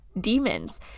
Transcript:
demons